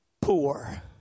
poor